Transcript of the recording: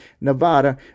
Nevada